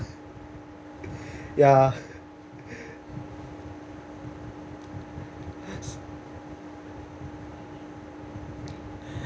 ya